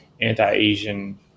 anti-Asian